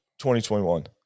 2021